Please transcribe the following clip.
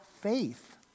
faith